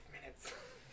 minutes